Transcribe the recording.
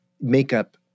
makeup